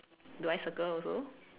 do I circle also